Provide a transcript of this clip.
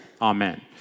Amen